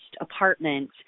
apartment